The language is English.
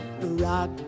Rock